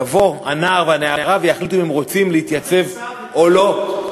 יבואו הנער או הנערה ויחליטו אם הם רוצים להתייצב או לא.